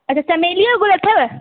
पर चमेलीअ जो गुल अथव